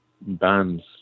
bands